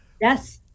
Yes